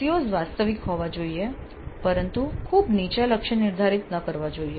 COs વાસ્તવિક હોવા જોઈએ પરંતુ ખુબ નીચા લક્ષ્ય નિર્ધારિત ન કરવા જોઈએ